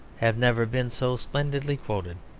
have never been so splendidly quoted